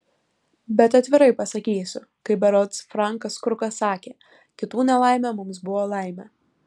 bet atvirai pasakysiu kaip berods frankas krukas sakė kitų nelaimė mums buvo laimė